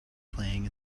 playing